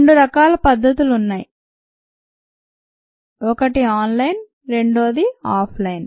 రెండు రకాల పద్ధతులు న్నాయి ఒకటి ఆన్ లైన్ మరియు రెండోది ఆఫ్ లైన్